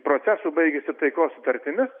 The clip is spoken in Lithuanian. procesų baigėsi taikos sutartimis